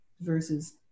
versus